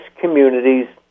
communities